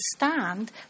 understand